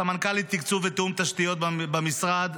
סמנכ"לית תקצוב ותיאום תשתיות במשרד,